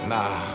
Nah